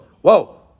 Whoa